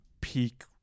peak